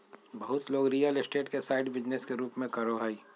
बहुत लोग real estate के साइड बिजनेस के रूप में करो हइ